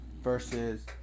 Versus